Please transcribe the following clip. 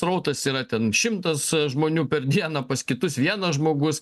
srautas yra ten šimtas žmonių per dieną pas kitus vienas žmogus